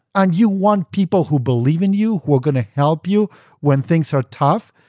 and you want people who believe in you, who are going to help you when things are tough,